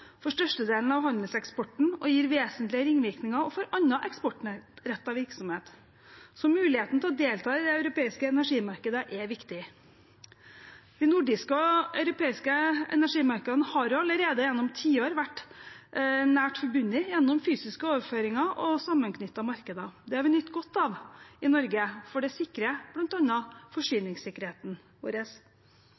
for størstedelen av handelseksporten og gir vesentlige ringvirkninger også for annen eksportrettet virksomhet. Så muligheten til å delta i det europeiske energimarkedet er viktig. De nordiske og europeiske energimarkedene har allerede gjennom tiår vært nært forbundet gjennom fysiske overføringer og sammenknyttede markeder. Det har vi nytt godt av i Norge, for det sikrer